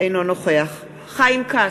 אינו נוכח חיים כץ,